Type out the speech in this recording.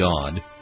God